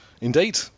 indeed